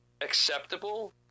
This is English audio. acceptable